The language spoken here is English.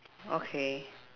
okay